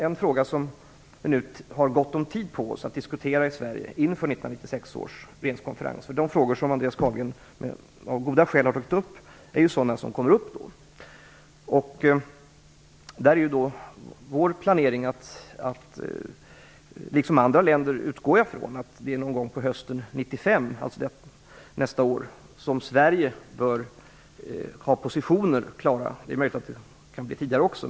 Vi har nu gott om tid att diskutera frågan i Sverige inför 1996 års regeringskonferens. De frågor som Andreas Carlgren av goda skäl har tagit upp är ju sådana som då skall diskuteras. Vår planering - jag utgår ifrån att det också är andra länders planering - är att Sverige någon gång under hösten 1995 bör ha sina positioner klara. Det är möjligt att det kan bli aktuellt tidigare.